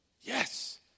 Yes